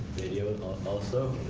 video also?